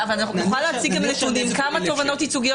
אבל אנחנו נוכל להציג גם נתונים כמה תובענות ייצוגיות